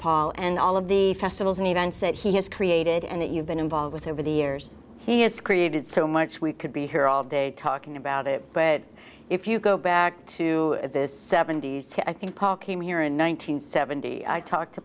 paul and all of the festivals and events that he has created and that you've been involved with over the years he has created so much we could be here all day talking about it but if you go back to this seventy's i think paul came here in one nine hundred seventy talked to